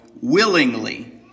willingly